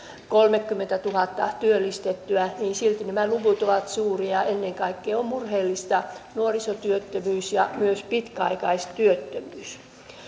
kolmekymmentätuhatta työllistettyä niin silti nämä luvut ovat suuria ennen kaikkea on murheellista nuorisotyöttömyys ja myös pitkäaikaistyöttömyys